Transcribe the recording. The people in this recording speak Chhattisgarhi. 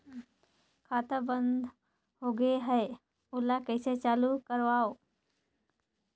खाता बन्द होगे है ओला कइसे चालू करवाओ?